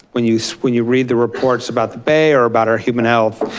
when you so when you read the reports about the bay or about our human health,